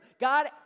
God